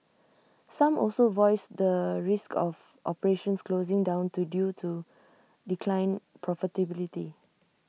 some also voiced the risk of operations closing down to due to declined profitability